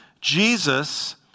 Jesus